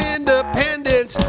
Independence